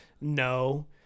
no